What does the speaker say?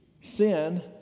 Sin